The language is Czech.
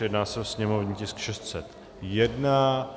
Jedná se o sněmovní tisk 601.